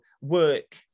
work